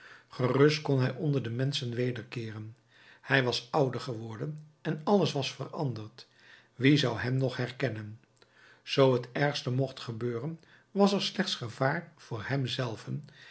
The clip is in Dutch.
gerust kon hij onder de menschen wederkeeren hij was ouder geworden en alles was veranderd wie zou hem nog herkennen zoo het ergste mocht gebeuren was er slechts gevaar voor hem zelven